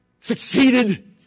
succeeded